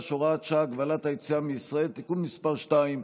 (הוראת שעה) (הגבלת היציאה מישראל) (תיקון מס' 2),